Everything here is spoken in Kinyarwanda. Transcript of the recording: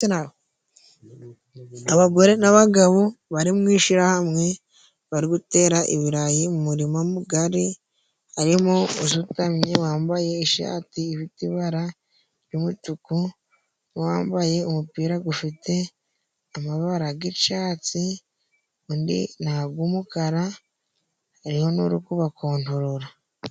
Abagore n'abagabo bari mu ishihamwe bari gutera ibirayi mu murima mugari. Harimo usutamye wambaye ishati Ifite ibara ry'umutuku, n'uwambaye umupira gufite amabara g'icatsi, undi n'ag'umukara. Hariho n'uri kubakontorora.